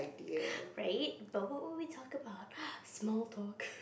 right but what will we do talk about small talk